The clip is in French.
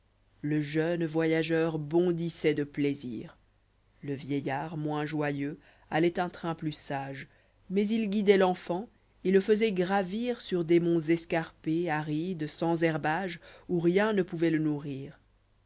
lé jeune voyageur bondissent de plaisir le vieillard moins joyeux iallôit un train plus sage mais il guidoivlehfantétle faisbit gravir sur des monts escarpes arides sans herbage où rien ne pbuvqit le nourrir